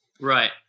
Right